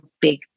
big